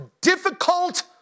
difficult